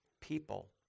people